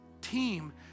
team